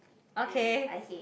okay